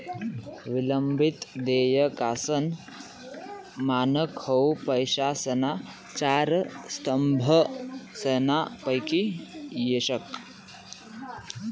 विलंबित देयकासनं मानक हाउ पैसासना चार स्तंभसनापैकी येक शे